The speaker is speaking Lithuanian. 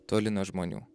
toli nuo žmonių